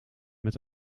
met